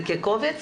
יש לך את זה כקובץ?